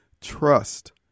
trust